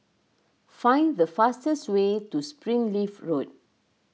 find the fastest way to Springleaf Road